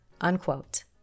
unquote